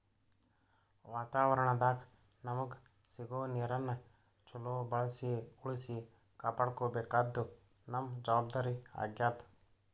ವಾತಾವರಣದಾಗ್ ನಮಗ್ ಸಿಗೋ ನೀರನ್ನ ಚೊಲೋ ಬಳ್ಸಿ ಉಳ್ಸಿ ಕಾಪಾಡ್ಕೋಬೇಕಾದ್ದು ನಮ್ಮ್ ಜವಾಬ್ದಾರಿ ಆಗ್ಯಾದ್